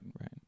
right